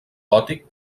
gòtic